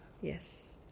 Yes